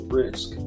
risk